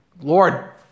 Lord